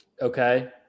Okay